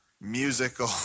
musical